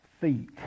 feet